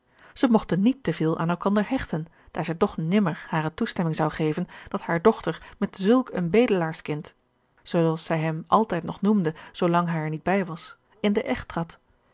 zij mogten niet te veel aan elkander hechten daar zij toch nimmer hare toestemming zou geven dat hare dochter met zulk een bedelaarskind zoo als zij hem altijd nog noemde zoo lang hij er niet bij was in den echt trad